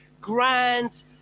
grand